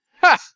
Ha